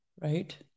Right